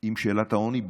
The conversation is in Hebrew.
עם שאלת העוני.